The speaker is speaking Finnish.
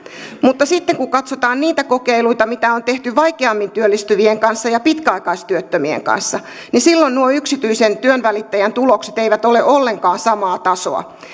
mutta sitten kun katsotaan niitä kokeiluita mitä on tehty vaikeammin työllistyvien kanssa ja pitkäaikaistyöttömien kanssa niin silloin nuo yksityisen työnvälittäjän tulokset eivät ole ollenkaan samaa tasoa